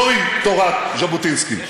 זוהי תורת ז'בוטינסקי.